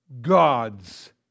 God's